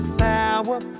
power